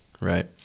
right